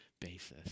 basis